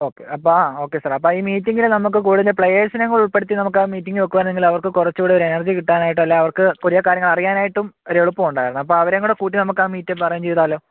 okay അപ്പോൾ ആ okay sir അപ്പോൾ ഈ മീറ്റിങ്ങിൽ നമുക്ക് കൂടുതൽ പ്ലെയേഴ്സിനേയുംകൂടി ഉൾപ്പെടുത്തി നമുക്ക് ആ മീറ്റിംഗ് വയ്ക്കുകയാണെങ്കിൽ അവർക്ക് കുറച്ചുകൂടി ഒരു എനർജി കിട്ടാനായിട്ട് അല്ലേ അവർക്ക് പുതിയ കാര്യങ്ങൾ അറിയാനായിട്ടും ഒരെളുപ്പം ഉണ്ടായിരുന്നു അപ്പോൾ അവരേയും കൂടി കൂട്ടി നമുക്ക് ആ മീറ്റപ്പ് അറേഞ്ച് ചെയ്താലോ